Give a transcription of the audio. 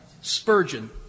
Spurgeon